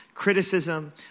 Criticism